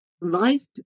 life